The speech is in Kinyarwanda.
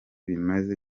bimaze